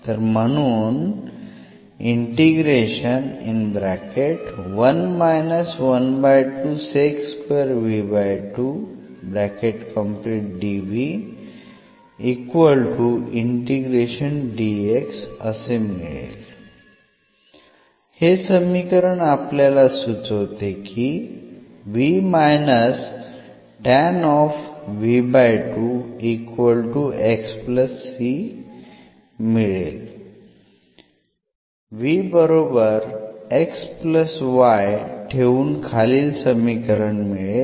तर म्हणून सुचवते ठेवून खालील समीकरण मिळेल